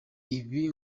ibi